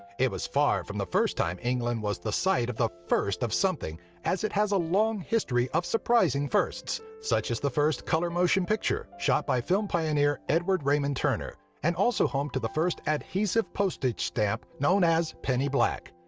it was far from the first time england was the site of the first of something as it has a long history of surprising firsts, such as the first color motion picture, shot by film pioneer edward raymond turner, and also home to the first adhesive postage stamp, known as penny black.